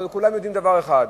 אבל כולם יודעים דבר אחד,